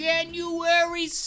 January